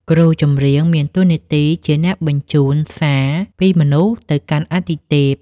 គ្រូចម្រៀងមានតួនាទីជាអ្នកបញ្ជូនសារពីមនុស្សទៅកាន់អាទិទេព។